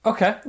Okay